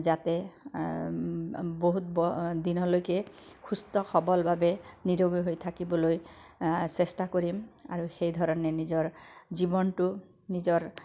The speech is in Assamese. যাতে বহুত ব দিনলৈকে সুস্থ সৱলভাৱে নিৰোগী হৈ থাকিবলৈ চেষ্টা কৰিম আৰু সেইধৰণে নিজৰ জীৱনটো নিজৰ